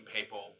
people